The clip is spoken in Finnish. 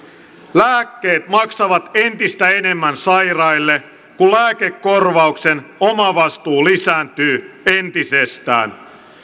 lääkkeet maksavat entistä enemmän sairaille kun lääkekorvauksen omavastuu lisääntyy entisestään